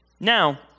Now